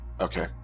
Okay